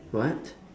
what